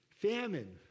famine